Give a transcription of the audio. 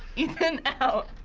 ethan out.